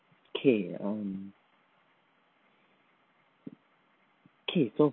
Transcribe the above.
okay um okay so